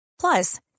Plus